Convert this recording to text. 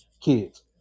kids